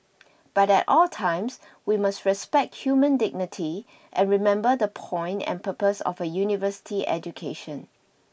but at all times we must respect human dignity and remember the point and purpose of a University education